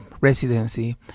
residency